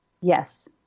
yes